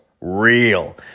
real